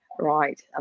right